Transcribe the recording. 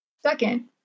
Second